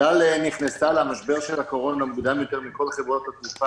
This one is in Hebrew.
אל-על נכנסה למשבר הקורונה מוקדם יותר מכל חברות התעופה